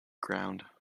ground